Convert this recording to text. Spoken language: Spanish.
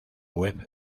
web